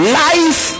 life